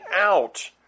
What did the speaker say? out